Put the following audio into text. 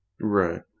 right